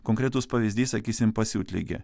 konkretus pavyzdys sakysim pasiutligė